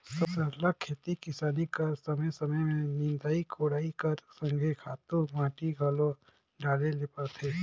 सरलग खेती किसानी कर समे समे में निंदई कोड़ई कर संघे खातू माटी घलो डाले ले परथे